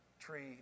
tree